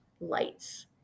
lights